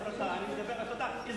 אני לא מדבר על המושג הפרטה.